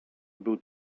był